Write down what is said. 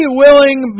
willing